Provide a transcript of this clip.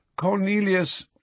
Cornelius